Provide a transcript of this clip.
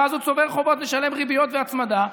ואז הוא צובר חובות ומשלם ריביות והצמדה,